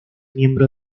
miembro